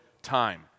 Time